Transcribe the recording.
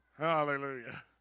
Hallelujah